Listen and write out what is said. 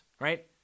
right